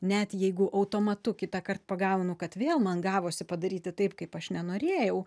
net jeigu automatu kitąkart pagaunu kad vėl man gavosi padaryti taip kaip aš nenorėjau